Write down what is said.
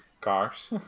cars